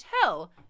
tell